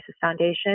Foundation